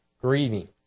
grieving